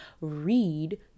read